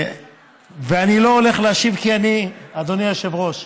ואני לא הולך להשיב, כי אני, אדוני היושב-ראש,